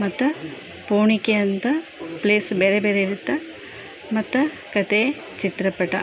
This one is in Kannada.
ಮತ್ತು ಪೋಣಿಕೆ ಅಂತ ಪ್ಲೇಸ್ ಬೇರೆ ಬೇರೆ ಇರುತ್ತೆ ಮತ್ತು ಕಥೆ ಚಿತ್ರಪಟ